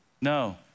No